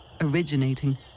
originating